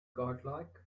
godlike